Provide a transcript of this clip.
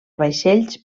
vaixells